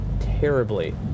terribly